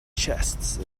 chests